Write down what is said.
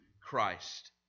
Christ